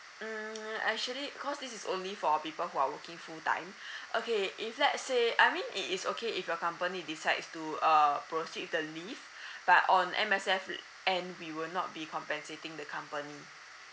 mm actually cause this is only for people who are working full time okay if let's say I mean it is okay if your company decides to err proceed with the leave but on M_S_F uh end we will not be compensating the company